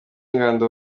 ingando